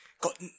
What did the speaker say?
got